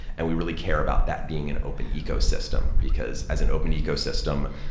and we really care about that being an open ecosystem. because as an open ecosystem,